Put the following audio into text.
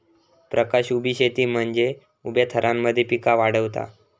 प्रकाश उभी शेती म्हनजे उभ्या थरांमध्ये पिका वाढवता